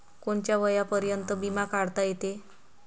कोनच्या वयापर्यंत बिमा काढता येते?